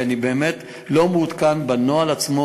כי אני באמת לא מעודכן בנוהל עצמו,